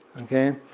Okay